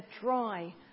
dry